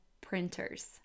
printers